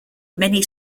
many